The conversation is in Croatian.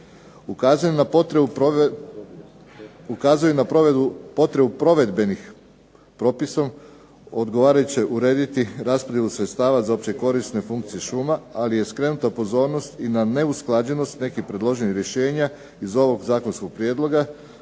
Ukazuje i na potrebu provedbenih propisom odgovarajuće urediti raspodjelu sredstava za opće korisne funkcije šuma, ali je skrenuta pozornost i na neusklađenost nekih predloženih rješenja iz ovog zakonskog prijedloga